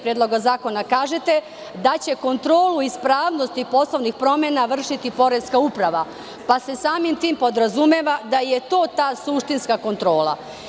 Predloga zakona kažete da će kontrolu ispravnosti poslovnih promena vršiti Poreska uprava, pa se samim tim podrazumeva da je to ta suštinska kontrola.